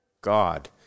God